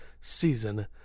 season